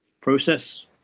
process